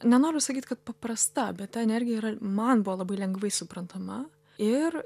nenoriu sakyt kad paprasta bet ta energija yra man buvo labai lengvai suprantama ir